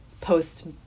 post